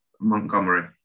Montgomery